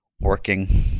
working